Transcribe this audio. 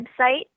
website